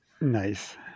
Nice